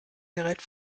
gerät